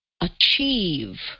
achieve